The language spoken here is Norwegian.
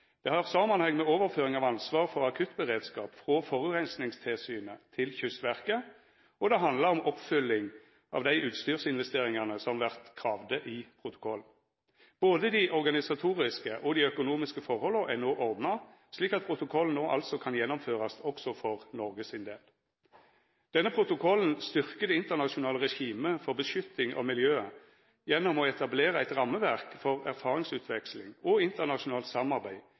har samanheng med overføring av ansvar for akuttberedskap frå Forureiningstilsynet til Kystverket, og det handlar om oppfylling av dei utstyrsinvesteringane som vert kravde i protokollen. Både dei organisatoriske og dei økonomiske forholda er no ordna, slik at protokollen no altså kan gjennomførast også for Noreg sin del. Denne protokollen styrkjer det internasjonale regimet for vern av miljøet gjennom å etablera eit rammeverk for erfaringsutveksling og internasjonalt samarbeid